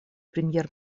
премьер